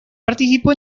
participó